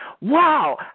Wow